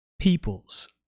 peoples